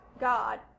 God